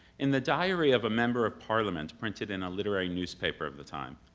in the diary of a member of parliament, printed in a literary newspaper of the time,